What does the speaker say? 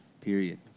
period